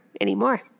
anymore